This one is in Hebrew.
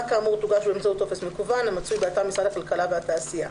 כאמור תוגש באמצעות טופס מקוון המצוי באתר משרד הכלכלה והתעשייה,